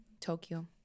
Tokyo